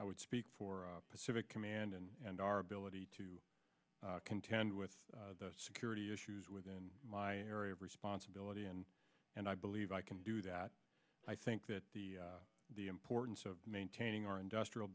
i would speak for pacific command and our ability to contend with the security issues within my area of responsibility and and i believe i can do that i think that the the importance of maintaining our industrial